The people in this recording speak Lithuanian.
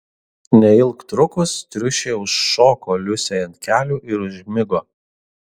neilgtrukus triušė užšoko liusei ant kelių ir užmigo